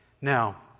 Now